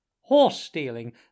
Horse-stealing